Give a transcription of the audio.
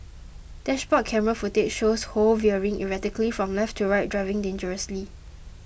dashboard camera footage shows Ho veering erratically from left to right driving dangerously